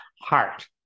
heart